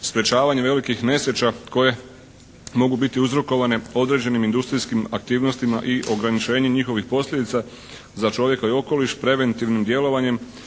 sprječavanje velikih nesreća koje mogu biti uzrokovane određenim industrijskim aktivnostima i ograničenjem njihovih posljedica za čovjeka i okoliš preventivnim djelovanjem